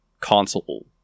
console